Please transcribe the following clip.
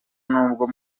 nubwo